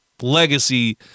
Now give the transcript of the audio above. legacy